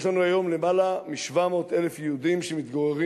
יש לנו היום למעלה מ-700,000 יהודים שמתגוררים